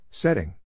Setting